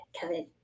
Kevin